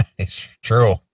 True